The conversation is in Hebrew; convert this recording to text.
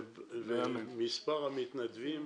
ומספר המתנדבים